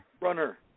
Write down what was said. Runner